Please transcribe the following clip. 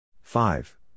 Five